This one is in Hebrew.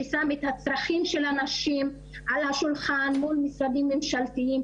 ששם את הצרכים של הנשים על השולחן מול משרדים ממשלתיים,